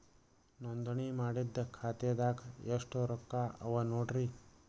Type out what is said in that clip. ನೋಂದಣಿ ಮಾಡಿದ್ದ ಖಾತೆದಾಗ್ ಎಷ್ಟು ರೊಕ್ಕಾ ಅವ ನೋಡ್ರಿ